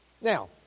Now